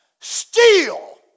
steal